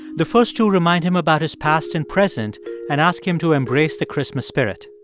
the first two remind him about his past and present and ask him to embrace the christmas spirit.